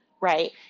right